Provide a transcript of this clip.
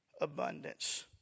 abundance